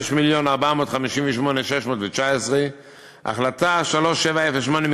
5,458,619. החלטה 3708,